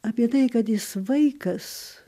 apie tai kad jis vaikas